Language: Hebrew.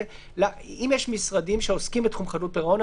זה אם יש משרדים שעוסקים בתחום חדלות פירעון,